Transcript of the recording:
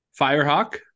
firehawk